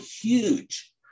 huge